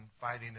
fighting